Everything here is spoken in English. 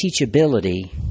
teachability